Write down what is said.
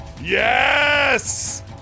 Yes